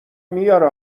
میاره